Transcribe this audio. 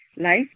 life